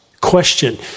Question